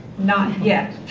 not yet.